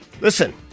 Listen